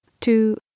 two